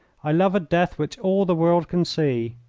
i love a death which all the world can see.